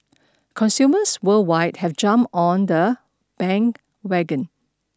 consumers worldwide have jumped on the bandwagon